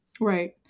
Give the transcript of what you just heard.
Right